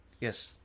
Yes